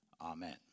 Amen